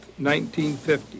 1950